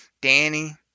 Danny